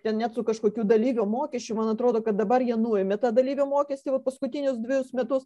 ten net su kažkokiu dalyvio mokesčiu man atrodo kad dabar jie nuėmė tą dalyvio mokestį va paskutinius dvejus metus